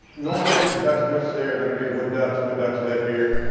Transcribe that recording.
normally, the ducks we'll see are gonna be wood ducks. wood ducks live here.